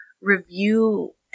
review